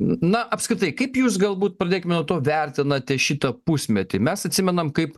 na apskritai kaip jūs galbūt pradėkime nuo to vertinate šitą pusmetį mes atsimenam kaip